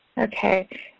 Okay